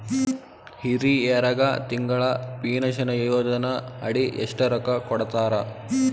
ಹಿರಿಯರಗ ತಿಂಗಳ ಪೀನಷನಯೋಜನ ಅಡಿ ಎಷ್ಟ ರೊಕ್ಕ ಕೊಡತಾರ?